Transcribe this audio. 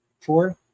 Four